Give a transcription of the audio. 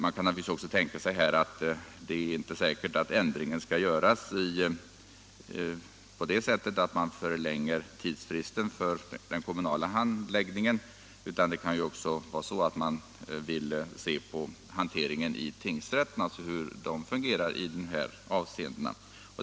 Man kan också hävda att det inte är säkert att ändringen bör göras på det sättet att tidsfristen för den kommunala handläggningen förlängs. Man kan också vilja se på hanteringen i tingsrätten — hur den fungerar i de här avseendena.